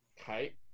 Okay